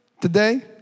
today